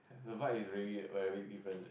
the Vibe is really very big difference eh